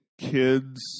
kids